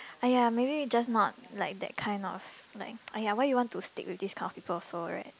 !aiya! maybe just not like that kind of like !aiya! why you want to stick with this kind of people also right